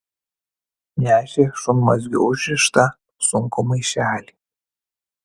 nešė šunmazgiu užrištą sunkų maišelį